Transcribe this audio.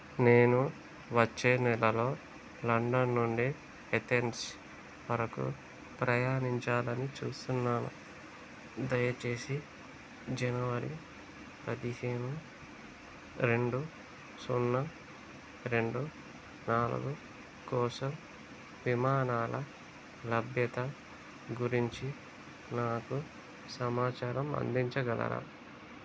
నేను వచ్చే నెలలో లండన్ నుండి ఏథెన్స్ వరకు ప్రయాణించాలని చూస్తున్నాను దయచేసి జనవరి పదిహేను రెండు సున్నా రెండు నాలుగు కోసం విమానాల లభ్యత గురించి నాకు సమాచారం అందించగలరా